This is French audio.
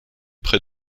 près